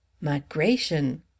Migration